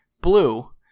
blue